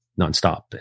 nonstop